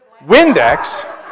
Windex